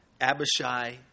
Abishai